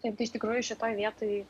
taip tai iš tikrųjų šitoj vietoj